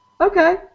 okay